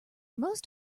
most